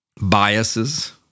biases